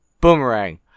boomerang